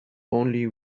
only